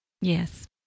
Yes